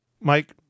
mike